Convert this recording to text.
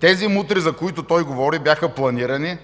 Тези мутри, за които той говори, бяха планирани,